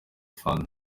fund